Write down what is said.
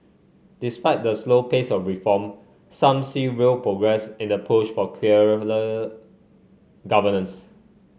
despite the slow pace of reform some see real progress in the push for governance